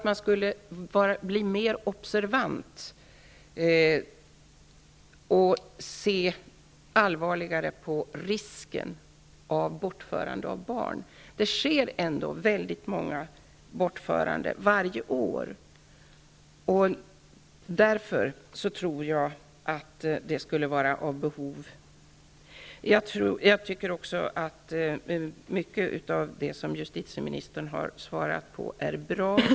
Man skulle då blir mer observant på risken för att barn kan föras bort. Det sker ändå många bortföranden varje år. Därför tror jag att dessa behov finns. Jag tycker att mycket av det justitieministern har sagt i svaret är bra.